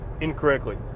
incorrectly